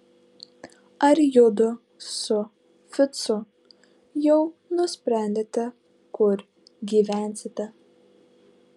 ar judu su ficu jau nusprendėte kur gyvensite